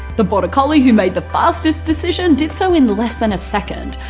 the border collie who made the fastest decision did so in less than a second,